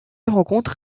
rencontre